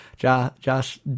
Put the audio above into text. Josh